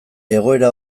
egoera